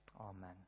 Amen